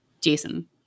Jason